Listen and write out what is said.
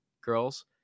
girls